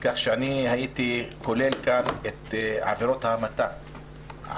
כך שהייתי כולל כאן את עבירות ההמתה,